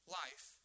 life